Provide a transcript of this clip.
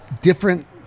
different